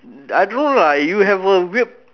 I don't know lah you have a weird